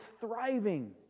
thriving